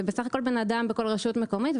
זה בסך הכול בן אדם בכל רשות מקומית,